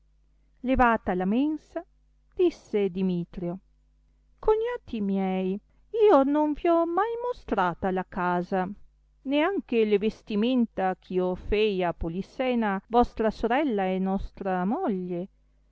levata la mensa disse dimitrio cognati miei io non vi ho mai mostrata la casa né anche le vestimenta eh io fei a polissena vostra sorella e nostra moglie